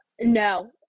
No